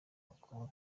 hakaba